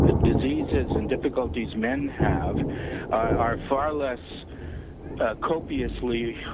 ah diseases and difficulties men have are far less copiously